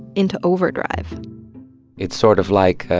into overdrive it's sort of like,